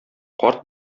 карт